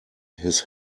his